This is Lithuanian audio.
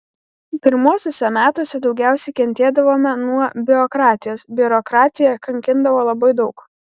pirmuosiuose metuose daugiausiai kentėdavome nuo biurokratijos biurokratija kankindavo labai daug